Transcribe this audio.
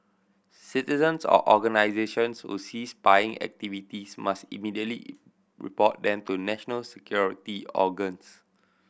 citizens or organisations who see spying activities must immediately report them to national security organs